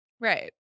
Right